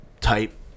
type